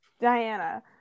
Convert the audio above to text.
Diana